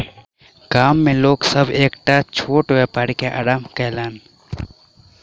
गाम में लोक सभ एकटा छोट व्यापार के आरम्भ कयलैन